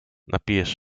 napijesz